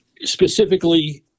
specifically